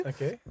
Okay